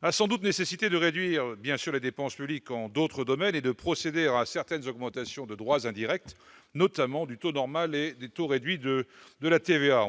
a sans doute nécessité de réduire les dépenses publiques dans d'autres domaines et de procéder à certaines augmentations de droits indirects, notamment du taux normal et des taux réduits de la TVA.